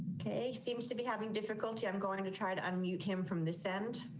okay, seems to be having difficulty. i'm going to try to unmute him from this end.